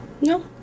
No